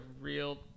real